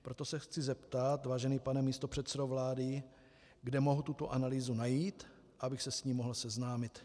Proto se chci zeptat, vážený pane místopředsedo vlády, kde mohu tuto analýzu najít, abych se s ní mohl seznámit.